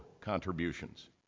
contributions